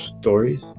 Stories